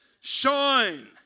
shine